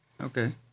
Okay